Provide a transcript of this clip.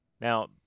now